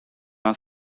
our